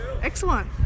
excellent